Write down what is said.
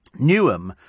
Newham